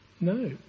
No